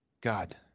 God